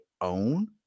own